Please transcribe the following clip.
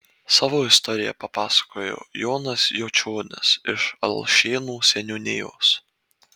savo istoriją papasakojo jonas jočionis iš alšėnų seniūnijos